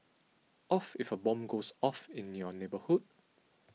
of if a bomb goes off in your neighbourhood